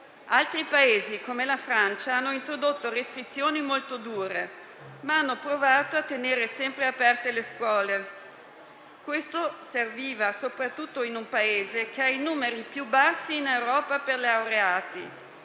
Altri Paesi, come la Francia, hanno introdotto restrizioni molto dure, ma hanno provato a tenere sempre aperte le scuole. Questo serviva soprattutto in un Paese che hai i numeri più bassi in Europa per laureati